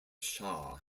shah